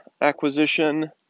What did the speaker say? acquisition